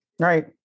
Right